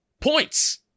points